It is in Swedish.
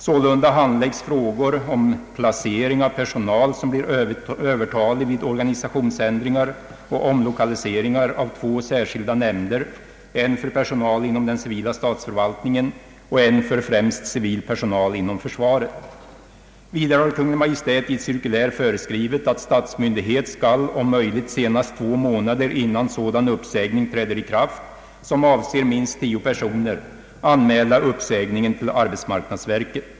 Sålunda handläggs frågor om placering av personal som blir övertalig vid organisationsändringar och omlokaliseringar av två särskilda nämnder, en för personal inom den civila statsförvaltningen och en för främst civil personal inom försvaret. Vidare har Kungl. Maj:t i ett cirkulär föreskrivit att statsmyndighet skall om möjligt senast två månader innan sådan uppsägning träder i kraft, som avser minst tio personer, anmäla uppsägningen till arbetsmarknadsverket.